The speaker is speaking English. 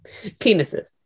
Penises